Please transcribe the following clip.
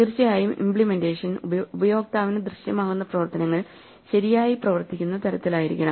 തീർച്ചയായും ഇമ്പ്ലിമെന്റേഷൻ ഉപയോക്താവിന് ദൃശ്യമാകുന്ന പ്രവർത്തനങ്ങൾ ശരിയായി പ്രവർത്തിക്കുന്ന തരത്തിലായിരിക്കണം